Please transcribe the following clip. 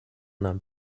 nahm